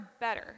better